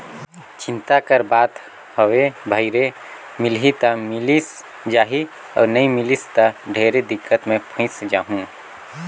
चिंता कर बात हवे भई रे मिलही त मिलिस जाही अउ नई मिलिस त ढेरे दिक्कत मे फंयस जाहूँ